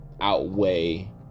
outweigh